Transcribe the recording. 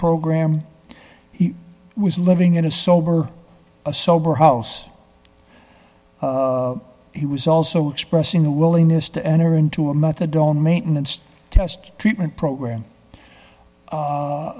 program he was living in a sober a sober house he was also expressing a willingness to enter into a methadone maintenance test treatment program